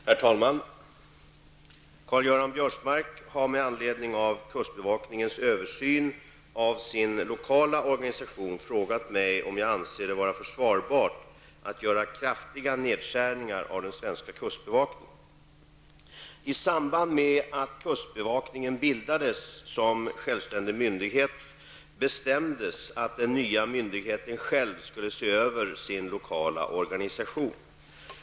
Herr talman! Åke Wictorsson har frågat mig om jag är beredd att medverka till att kustbevakningens postering i Dalarö kan bevaras. Kustbevakningen genomför för närvarande en översyn av sin lokala organisation.